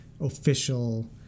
official